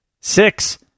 six